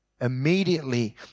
Immediately